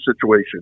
situation